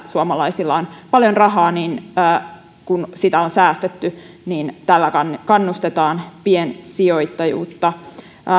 suomalaisilla on pankkitileillä paljon rahaa kun sitä on säästetty niin tällä kannustetaan piensijoittajuutta